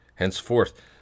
Henceforth